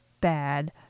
bad